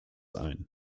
ein